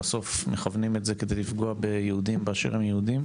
בסוף מכוונים זאת לפגיעה ביהודים באשר הם יהודים,